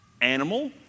animal